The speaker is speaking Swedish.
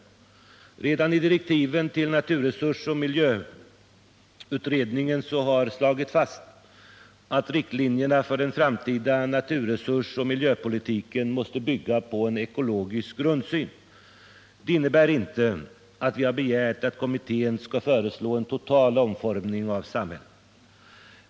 Redan i direktiven till naturresursoch miljöutredningen har slagits fast att riktlinjerna för den framtida naturresursoch miljöpolitiken måste bygga på en ekologisk grundsyn. Det innebär inte att vi har begärt att kommittén skall föreslå en total omformning av vårt samhälle.